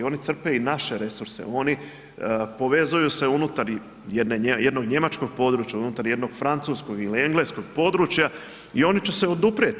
Oni crpe i naše resurse, oni povezuju se unutar jednog njemačkog područja, unutar jednog francuskog ili engleskog područja i oni će se oduprijeti.